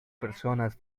personas